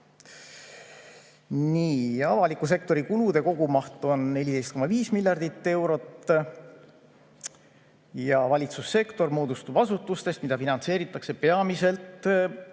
Avaliku sektori kulude kogumaht on 14,5 miljardit eurot. Valitsussektor moodustub asutustest, mida finantseeritakse peamiselt